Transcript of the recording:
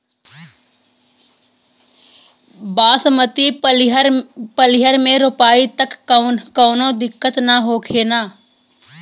बासमती पलिहर में रोपाई त कवनो दिक्कत ना होई न?